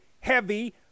heavy